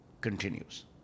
continues